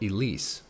Elise 。